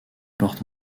porte